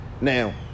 Now